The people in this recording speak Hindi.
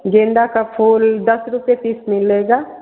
गेंदे के फूल दस रुपये पीस मिलेगा